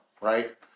right